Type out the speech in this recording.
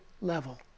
level